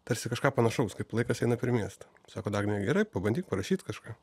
tarsi kažką panašaus kaip laikas eina per miestą sako dagnė gerai pabandyk parašyt kažką